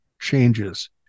changes